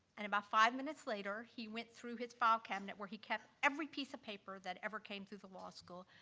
and about five minutes later, he went through his file cabinet where he kept every piece of paper that ever came to the law school,